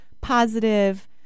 positive